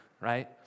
right